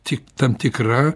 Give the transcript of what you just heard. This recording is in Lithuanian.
tik tam tikra